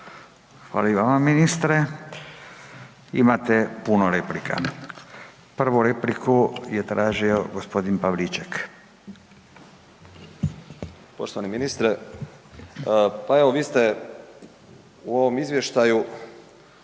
Hvala i vama ministre, imate puno replika. Prvu repliku je tražio gospodin Pavliček. **Pavliček, Marijan (HKS)** Poštovani ministre, pa evo vi ste u ovom izvještaju